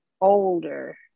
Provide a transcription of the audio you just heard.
older